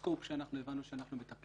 צדקו פה החברים שלי שאמור שאם כבר פותחים